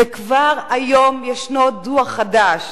וכבר היום ישנו דוח חדש